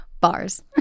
Bars